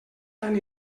tan